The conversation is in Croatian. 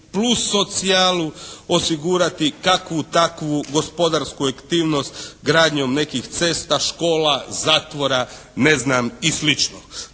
plus socijalu osigurati kakvu takvu gospodarsku aktivnost gradnjom nekih cesta, škola, zatvora, ne znam i